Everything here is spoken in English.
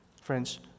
Friends